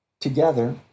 together